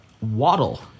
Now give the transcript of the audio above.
waddle